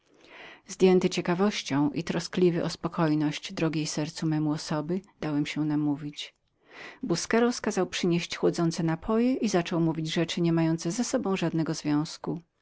zdjęty ciekawością i troskliwy o spokojność drogiej sercu memu osoby dałem się namówić busqueros kazał przynieść chłodników i zaczął mówić rzeczy nie mające z sobą żadnego związku